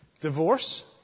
divorce